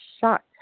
shocked